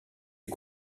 est